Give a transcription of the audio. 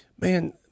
Man